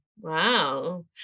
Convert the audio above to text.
Wow